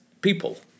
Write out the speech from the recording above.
people